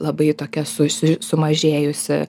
labai tokia susi sumažėjusi